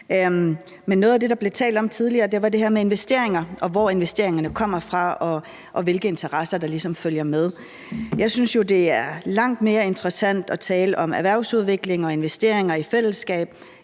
noget af det, der blev talt om tidligere, var det her med investeringer, og hvor investeringerne kommer fra, og hvilke interesser der ligesom følger med. Jeg synes jo, det er langt mere interessant at tale om erhvervsudvikling og investeringer i fællesskab,